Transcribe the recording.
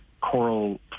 coral